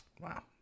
Wow